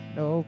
no